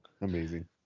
amazing